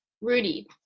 Rudy